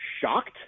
shocked